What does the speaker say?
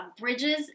bridges